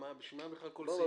בשביל מה בכלל כל סעיף (ב)?